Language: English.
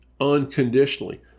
unconditionally